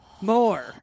more